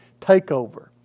takeover